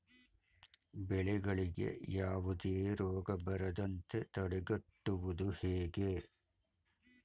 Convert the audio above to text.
ಬೆಳೆಗಳಿಗೆ ಯಾವುದೇ ರೋಗ ಬರದಂತೆ ತಡೆಗಟ್ಟುವುದು ಹೇಗೆ?